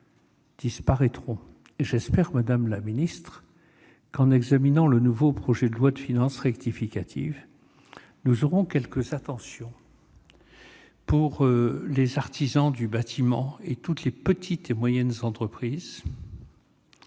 j'espère, madame la ministre, qu'en examinant le nouveau projet de loi de finances rectificative, nous aurons quelques attentions pour les artisans du bâtiment et pour toutes les petites et moyennes entreprises